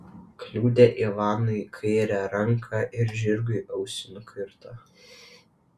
kliudė ivanui kairę ranką ir žirgui ausį nukirto